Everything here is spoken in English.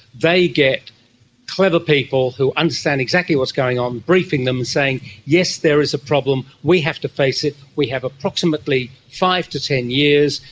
they get clever people who understand exactly what is going on, briefing them, saying yes, there is a problem, we have to face it, we have approximately five to ten years,